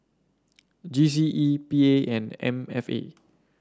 G C E P A and M F A